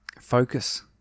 focus